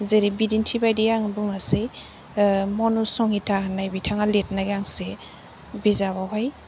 जेरै बिदिन्थि बायदियै आं बुंनोसै मनु संहिथा होननाय बिथिङा लिरनाय गांसे बिजाबाव हाय